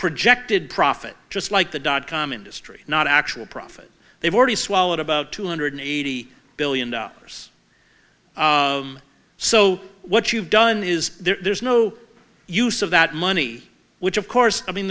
projected profit just like the dot com industry not actual profit they've already swallowed about two hundred eighty billion dollars so what you've done is there's no use of that money which of course i mean